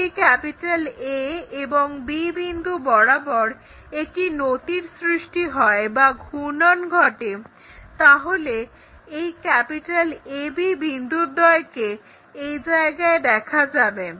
যদি A এবং B বিন্দু বরাবর একটি নতির সৃষ্টি হয় বা ঘূর্ণন ঘটে তাহলে এই AB বিন্দুদ্বয়কে এই জায়গায় দেখা যাবে